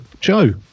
joe